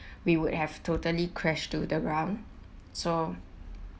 we would have totally crashed to the ground so